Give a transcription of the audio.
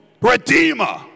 redeemer